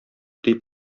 дип